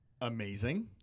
amazing